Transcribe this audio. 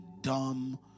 dumb